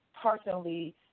personally